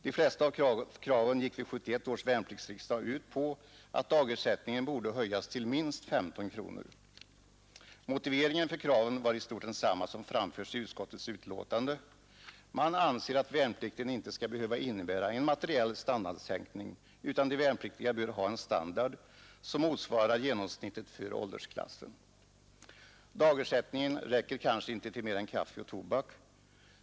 De flesta av kraven gick vid 1971 års värnpliktsriksdag ut på att dagersättningen borde höjas till minst 15 kronor. Motiveringen för kraven var i stort densamma som framförts i utskottets betänkande: man anser att värnplikten inte skall behöva innebära en materiell standardsänkning utan att de värnpliktiga bör ha en standard som motsvarar genomsnittet för åldersklassen. Dagersättningen räcker kanske inte till mer än kaffe och tobak.